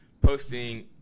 posting